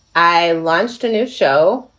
i launched a new show.